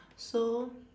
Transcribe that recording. so